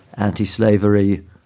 anti-slavery